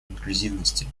инклюзивности